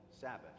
Sabbath